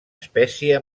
espècie